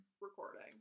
Recording